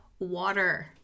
water